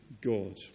God